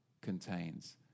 contains